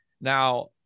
Now